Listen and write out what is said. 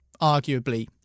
arguably